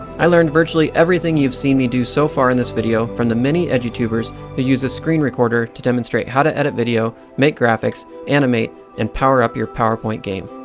i learned virtually everything you've seen me do so far in this video from the many edutubers who use a screen recorder to demonstrate how to edit video, make graphics, animate, and power up your powerpoint game.